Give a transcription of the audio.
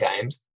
games